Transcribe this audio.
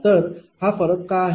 तर हा फरक का आहे